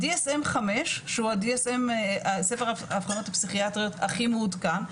ה-DSM5 שהוא ספר האבחנות הפסיכיאטריות הכי מעודכן,